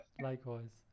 Likewise